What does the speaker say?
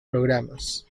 programas